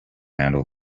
handle